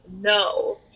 no